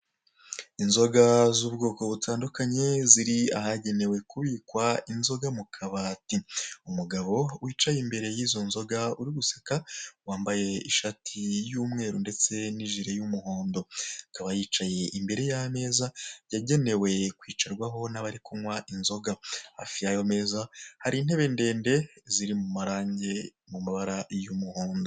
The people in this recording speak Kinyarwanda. Inzoga z'ubwoko butandukanye ziri ahagenewe kubikwa inzoga mu kabati, umugabo wicaye imbere y'izo nzoga uri guseka wambaye ishati y'umweru ndetse n'ijire y'umuhondo, akaba yicaye imbere y'ameza yagenewe kwicarwaho n'abari kunywa inzoga hafi yayo meza hari intebe ndende ziri mu marangi ku mabara y'umuhondo.